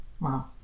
wow